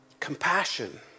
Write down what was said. Compassion